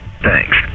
Thanks